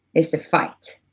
is to fight,